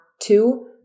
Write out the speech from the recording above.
two